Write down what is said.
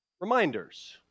reminders